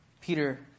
Peter